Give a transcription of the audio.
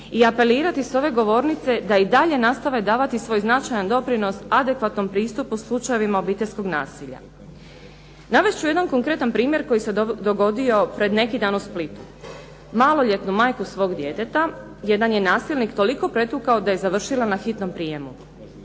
i apelirati s ove govornice da i dalje nastave davati svoj značajan doprinos adekvatnom pristupu slučajevima obiteljskog nasilja. Navest ću jedan konkretan primjer koji se dogodio pred neki dan u Splitu. Maloljetnu majku svog djeteta jedan je nasilnik toliko pretukao da je završila na hitnom prijemu.